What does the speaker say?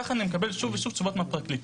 ככה אני מקבל שוב ושוב תשובות מהפרקליטות.